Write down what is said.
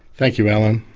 thank you, alan.